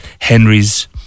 Henry's